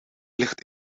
ligt